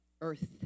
earth